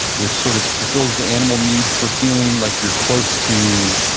which sort of fulfills the animal need for feeling like you're close to,